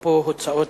אפרופו הוצאות,